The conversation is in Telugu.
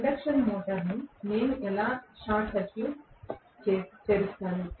ఇండక్షన్ మోటారును నేను ఎలా సర్క్యూట్ తెరుస్తాను